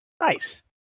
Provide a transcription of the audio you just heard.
Nice